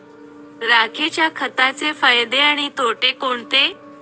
राखेच्या खताचे फायदे आणि तोटे कोणते?